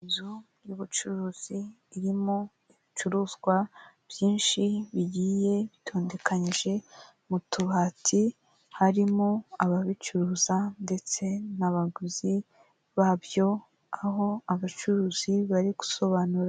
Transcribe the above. Inzu y'ubucuruzi irimo ibicuruzwa byinshi bigiye bitondekanyije mu tubati harimo ababicuruza ndetse n'abaguzi babyo aho abacuruzi bari gusobanura.